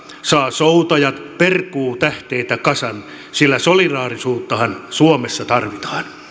saa soutajat perkuutähteitä kasan sillä solidaarisuuttahan suomessa tarvitaan